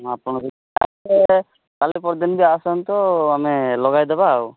ମୁଁ ଆପଣ ତାହେଲେ ତାହେଲେ କାଲି ପହର ଦିନକୁ ଆସନ୍ତୁ ଆମେ ଲଗେଇ ଦେବା ଆଉ